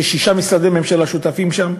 שישה משרדי ממשלה שותפים שם,